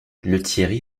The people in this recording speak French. lethierry